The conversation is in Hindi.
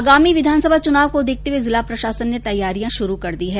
आगामी विधानसभा चुनाव को देखते हुए जिला प्रशासन ने तैयारियां शुरू कर दी है